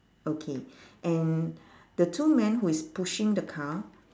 okay and the two men who is pushing the car